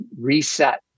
reset